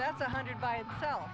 that's a hundred by itself